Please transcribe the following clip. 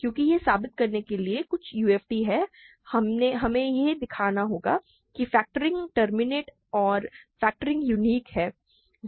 क्योंकि यह साबित करने के लिए कि कुछ UFD है हमें यह दिखाना होगा कि फैक्टरिंग टर्मिनेट और फैक्टरिंग यूनिक है